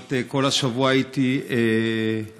כמעט כל השבוע הייתי בעוטף